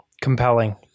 compelling